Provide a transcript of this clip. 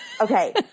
Okay